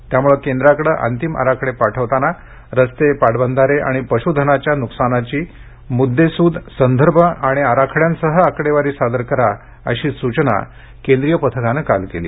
त्यामुळे केंद्राकडे अंतीम आराखडे पाठवताना रस्ते पाटबंधारे आणि पशुधनाच्या नुकसानीची मुद्देसूद संदर्भ आणि आराखड्यांसह आकडेवारी सादर करा अशी सूचना केंद्रीय पथकाने काल केली